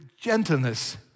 gentleness